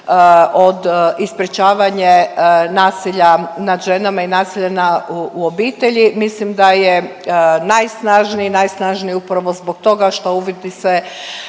od, i sprječavanje nasilja nad ženama i nasilja u obitelji. Mislim da je najsnažniji i najsnažniji upravo zbog toga što uvodi se